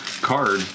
card